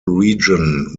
region